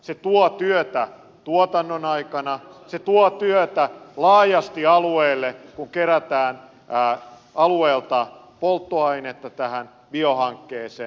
se tuo työtä tuotannon aikana se tuo työtä laajasti alueelle kun kerätään alueelta polttoainetta tähän biohankkeeseen